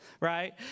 Right